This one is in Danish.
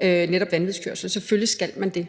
altså vanvidskørsel – selvfølgelig skal man det.